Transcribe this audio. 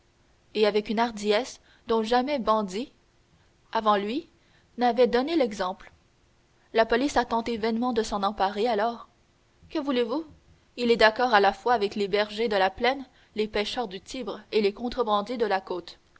et avec une hardiesse dont jamais bandit avant lui n'avait donné l'exemple la police a tenté vainement de s'en emparer alors que voulez-vous il est d'accord à la fois avec les bergers de la plaine les pêcheurs du tibre et les contrebandiers de la côte